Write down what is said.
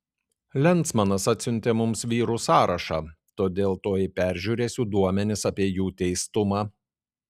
lensmanas atsiuntė mums vyrų sąrašą todėl tuoj peržiūrėsiu duomenis apie jų teistumą